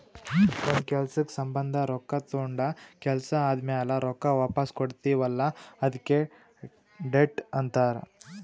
ಒಂದ್ ಕೆಲ್ಸಕ್ ಸಂಭಂದ ರೊಕ್ಕಾ ತೊಂಡ ಕೆಲ್ಸಾ ಆದಮ್ಯಾಲ ರೊಕ್ಕಾ ವಾಪಸ್ ಕೊಡ್ತೀವ್ ಅಲ್ಲಾ ಅದ್ಕೆ ಡೆಟ್ ಅಂತಾರ್